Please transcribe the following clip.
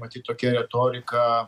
matyt tokia retorika